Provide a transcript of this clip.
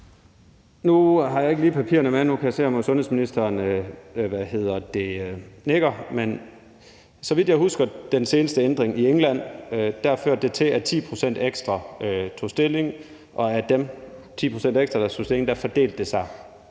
Nu har jeg ikke lige papirerne med. Jeg kan se, at sundhedsministeren nikker. Men så vidt jeg husker den seneste ændring i England, førte det til, at 10 pct. ekstra tog stilling, og de 10 pct. ekstra, der tog stilling, fordelte sig